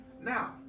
Now